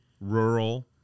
rural